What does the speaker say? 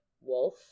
wolf